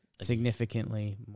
significantly